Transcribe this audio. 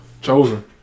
chosen